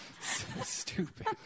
stupid